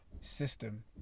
system